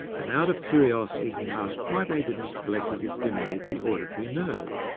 and out of curiosity he asked why they didn't electrically stimulate the auditory nerve.